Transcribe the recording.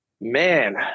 Man